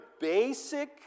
basic